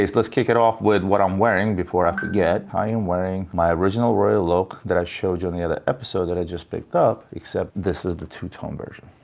let's kick it off with what i'm wearing before i forget. i am wearing my original royal oak that i showed you in the other episode that i just picked up, except this is the two-tone version.